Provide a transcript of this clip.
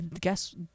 guess